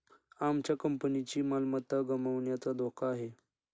आमच्या कंपनीची मालमत्ता गमावण्याचा धोका आहे